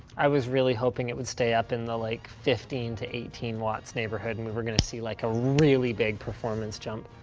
i was really hoping it would stay up in the like fifteen to eighteen watts neighborhood and we were gonna see like a really big performance jump.